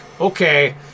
okay